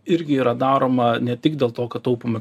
irgi yra daroma ne tik dėl to kad taupomi